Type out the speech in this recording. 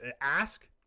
ask